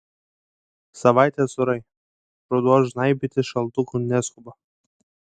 savaitės orai ruduo žnaibytis šaltuku neskuba